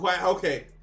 Okay